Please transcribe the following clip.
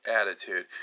attitude